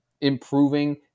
improving